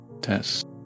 test